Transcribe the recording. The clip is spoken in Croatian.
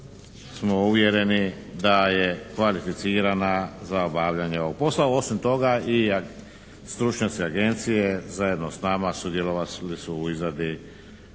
smo uvjereni da je kvalificirana za obavljanje ovog posla. Osim toga i stručnjaci agencije zajedno s nama sudjelovali su u izradi